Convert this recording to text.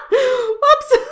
oops!